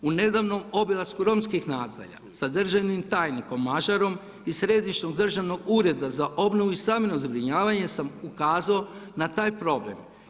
U nedavnom obilasku romskih nasilja sa državnim tajnikom Mažarom iz Središnjeg državnog ureda za obnovu i stambeno zbrinjavanje sam ukazao na taj problem.